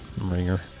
Ringer